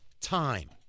time